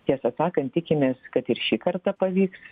tiesą sakant tikimės kad ir šį kartą pavyks